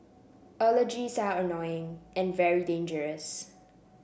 allergies are annoying and very dangerous